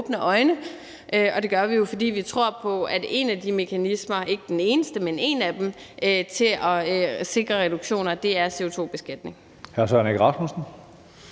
åbne øjne, og det gør vi jo, fordi vi tror på, at en af de mekanismer – ikke den eneste, men én af dem – til at sikre reduktioner er CO2-beskatning.